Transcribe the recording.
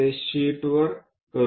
ते शीटवर करू